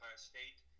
State